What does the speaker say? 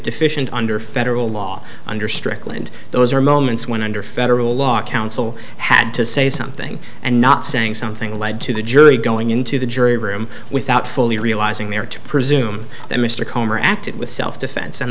deficient under federal law under strickland those are moments when under federal law counsel had to say something and not saying something led to the jury going into the jury room without fully realizing there to presume that mr komer acted with self defense and